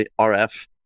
RF